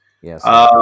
Yes